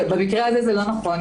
במקרה הזה זה לא נכון.